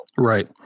Right